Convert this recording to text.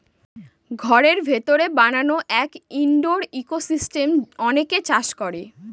ঘরের ভিতরে বানানো এক ইনডোর ইকোসিস্টেম অনেকে চাষ করে